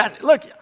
Look